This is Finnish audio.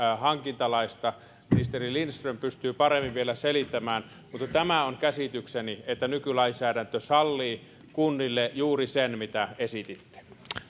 hankintalaista ministeri lindström pystyy paremmin vielä selittämään mutta tämä on käsitykseni että nykylainsäädäntö sallii kunnille juuri sen mitä esititte